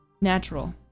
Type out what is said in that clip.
natural